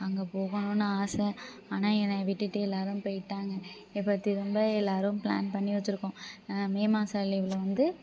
அங்கே போகணுன்னு ஆசை ஆனால் என்னையை விட்டுட்டு எல்லோரும் போயிட்டாங்க இப்போ திரும்ப எல்லாரும் ப்ளான் பண்ணி வச்சிருக்கோம் மே மாதம் லீவ்வில் வந்து